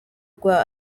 rwa